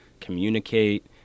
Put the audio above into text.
communicate